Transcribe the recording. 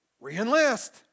reenlist